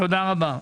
תודה רבה.